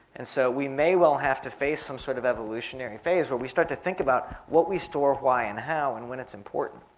and so we may well have to face some sort of evolutionary phase where we start to think about what we store, why and how and when it's important,